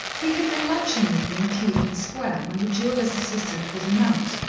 he had been lunching with them in clevedon square, when the jeweller's assistant was announced,